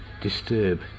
disturb